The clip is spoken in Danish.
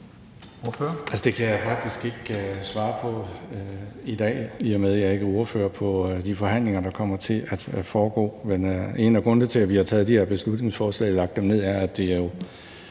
det kan jeg faktisk ikke svare på i dag, i og med at jeg ikke er ordfører på de forhandlinger, der kommer til at foregå. Men en af grundene til, at vi har taget de her beslutningsforslag og lagt dem ned, er, at de er